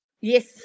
yes